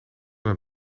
mijn